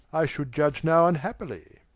i should iudge now vnhappily